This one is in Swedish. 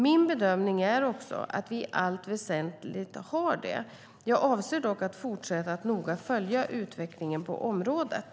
Min bedömning är också att vi i allt väsentligt har det. Jag avser dock att fortsätta att noga följa utvecklingen på området.